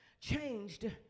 changed